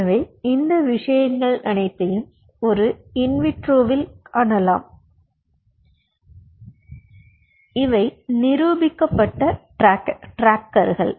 எனவே இந்த விஷயங்கள் அனைத்தையும் இன் விட்ரோவில் காணலாம் இவை நிரூபிக்கப்பட்ட டிராக்கர்கள்